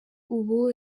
ubu